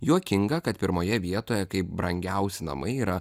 juokinga kad pirmoje vietoje kaip brangiausi namai yra